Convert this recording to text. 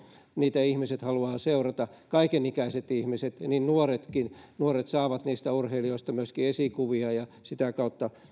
niitä ihmiset haluavat seurata kaiken ikäiset ihmiset nuoretkin nuoret saavat niistä urheilijoista myöskin esikuvia ja sitä kautta